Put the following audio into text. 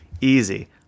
easy